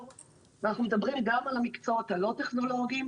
ואנחנו מדברים גם על המקצועות הלא טכנולוגיים.